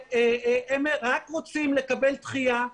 שהם רק רוצים לקבל דחייה.